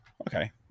Okay